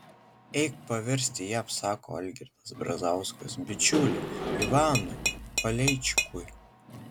eik paversti jam sako algirdas brazauskas bičiuliui ivanui paleičikui